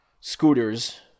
scooters